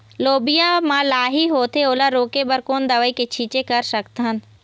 लोबिया मा लाही होथे ओला रोके बर कोन दवई के छीचें कर सकथन?